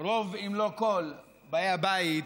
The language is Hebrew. רוב אם לא כל, באי הבית,